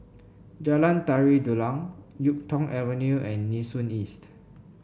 Jalan Tari Dulang YuK Tong Avenue and Nee Soon East